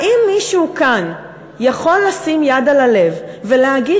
האם מישהו כאן יכול לשים יד על הלב ולהגיד